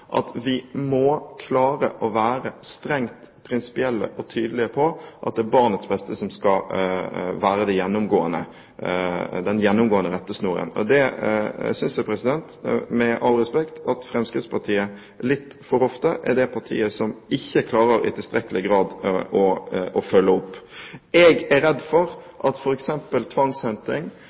at vi må klare å være strengt prinsipielle og tydelige på at det er barnets beste som skal være den gjennomgående rettesnoren. Det synes jeg, med all respekt, at Fremskrittspartiet litt for ofte i tilstrekkelig grad ikke klarer å følge opp. Jeg er redd for at f.eks. tvangshenting